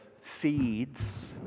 feeds